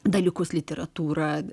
dalykus literatūrą